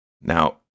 Now